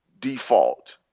default